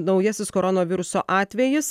naujasis koronaviruso atvejis